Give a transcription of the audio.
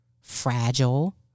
fragile